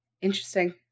Interesting